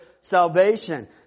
salvation